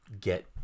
get